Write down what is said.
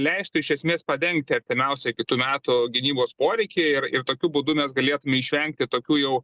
leistų iš esmės padengti artimiausią kitų metų gynybos poreikį ir ir tokiu būdu mes galėtume išvengti tokių jau